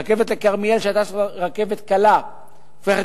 רכבת לכרמיאל שהיתה רכבת קלה הופכת